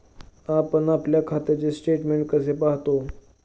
आपण आपल्या खात्याचे स्टेटमेंट कसे पाहतो?